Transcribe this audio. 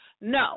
No